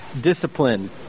discipline